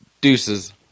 deuces